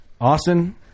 Austin